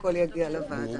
שהכול יגיע לוועדה.